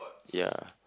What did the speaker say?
ya